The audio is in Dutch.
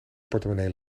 portemonnee